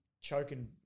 choking